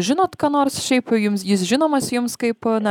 žinot ką nors šiaip jums jis žinomas jums kaip na